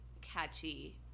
catchy